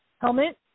Helmet